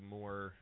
more